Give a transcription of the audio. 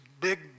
big